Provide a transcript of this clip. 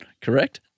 correct